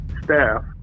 staff